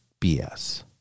BS